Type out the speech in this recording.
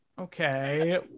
Okay